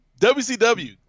WCW